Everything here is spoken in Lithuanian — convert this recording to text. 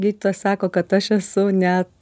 gydytojas sako kad aš esu net